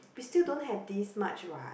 we still don't have these much what